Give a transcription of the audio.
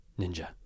ninja